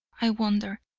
i wondered.